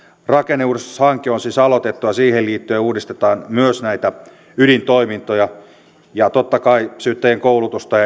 rakenneuudistushanke on siis aloitettu ja siihen liittyen uudistetaan myös näitä ydintoimintoja ja totta kai syyttäjien koulutusta